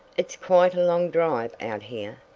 it's quite a long drive out here,